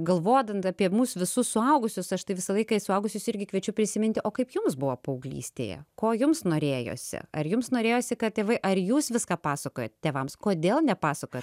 galvodant apie mus visus suaugusius aš tai visą laiką į suaugusius irgi kviečiu prisiminti o kaip jums buvo paauglystėje ko jums norėjosi ar jums norėjosi kad tėvai ar jūs viską pasakojot tėvams kodėl nepasakojot